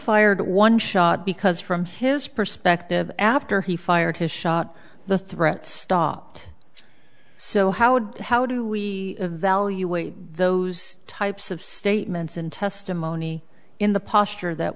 fired one shot because from his perspective after he fired his shot the threat stopped so how do how do we evaluate those types of statements and testimony in the posture that